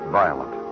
violent